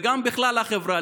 וגם בכלל החברה.